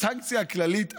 הסנקציה הכללית,